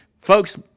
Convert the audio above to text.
Folks